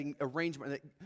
arrangement